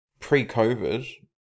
Pre-COVID